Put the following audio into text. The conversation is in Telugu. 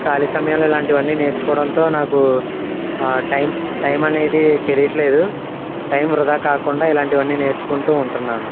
ఖాళీ సమయాలలో ఇలాంటివి నేర్చుకోవడంతో నాకు టైం టైం అనేది తెలియట్లేదు టైం వృథా కాకుండా ఇలాంటివన్నీ నేర్చుకుంటూ ఉంటున్నాను